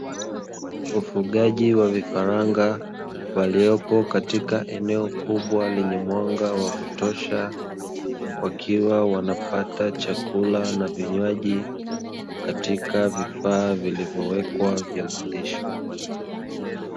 Ufugaji wa vifaranga waliopo katika eneo kubwa lenye mwanga wa kutosha, wakiwa wanapata chakula na vinywaji katika vifaa vilivyowekwa vya malisho.